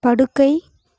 படுக்கை